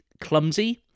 clumsy